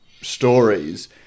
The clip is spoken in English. stories